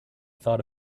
thought